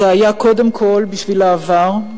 זה היה קודם כול בשביל העבר,